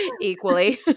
equally